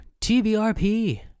TBRP